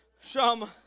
Shama